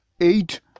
eight